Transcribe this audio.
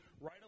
right